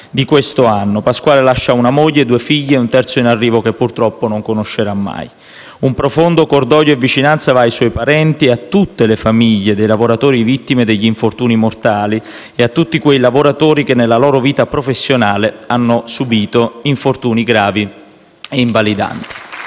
di quest'anno. Pasquale lascia una moglie, due figli e un terzo in arrivo che purtroppo non conoscerà mai. Un profondo cordoglio e la vicinanza vanno ai suoi parenti e a tutte le famiglie dei lavoratori vittime degli infortuni mortali, e a tutti quei lavoratori che nella loro vita professionale hanno subito infortuni gravi e invalidanti.